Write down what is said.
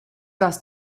vás